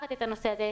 לקחת את הנושא הזה,